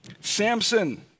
Samson